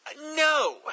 No